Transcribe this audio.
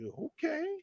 Okay